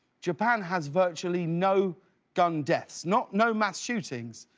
japan has virtually no gun deaths. not no mass shootings,